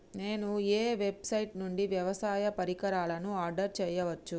నేను ఏ వెబ్సైట్ నుండి వ్యవసాయ పరికరాలను ఆర్డర్ చేయవచ్చు?